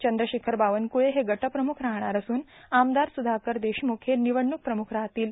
चंद्रशेखर बावनकुळे हे गट प्रमुख राहणार असून आमदार सुधाकर देशमुख हे निवडणूक प्रमुख राहतील